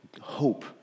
hope